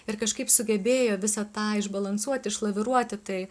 ir kažkaip sugebėjo visą tą išbalansuoti išlaviruoti tai